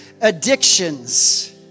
addictions